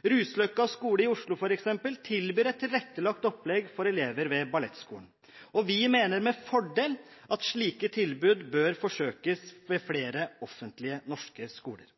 Ruseløkka skole i Oslo, f.eks., tilbyr et tilrettelagt opplegg for elever ved Ballettskolen. Vi mener at slike tilbud med fordel bør forsøkes ved flere offentlige norske skoler.